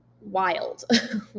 wild